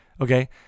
Okay